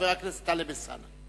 חבר הכנסת טלב אלסאנע.